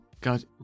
God